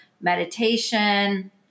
meditation